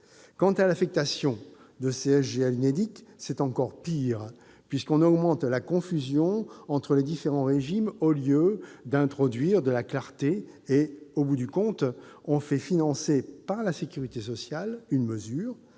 Quant à l'affectation de CSG à l'UNEDIC, c'est encore pire : on aggrave la confusion entre les différents régimes au lieu d'introduire de la clarté et, au bout du compte, l'on fait financer par la sécurité sociale une mesure,